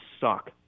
suck